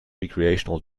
recreational